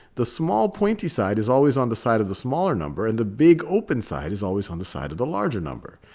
the small pointy side is always on the side of the smaller number, and the big open side is always on the side of the larger number.